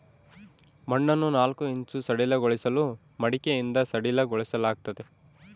ಮಣ್ಣನ್ನು ನಾಲ್ಕು ಇಂಚು ಸಡಿಲಗೊಳಿಸಲು ಮಡಿಕೆಯಿಂದ ಸಡಿಲಗೊಳಿಸಲಾಗ್ತದೆ